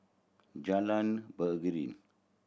Jalan Beringin